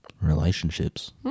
relationships